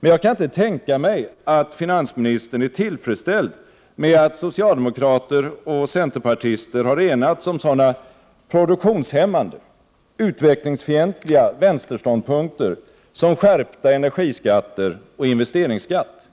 Men jag kan inte tänka mig att finansministern är tillfredsställd med att socialdemokrater och centerpartister har enats om sådana produktionshämmande, utvecklingsfientliga vänsterståndpunkter som skärpta energiskatter och investeringsskatt.